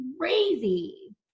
crazy